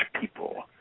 people